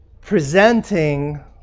presenting